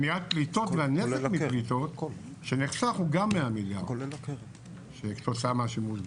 פליטות והנזק מפליטות שנחסך הוא גם 100 מיליארד כתוצאה מהשימוש בגז.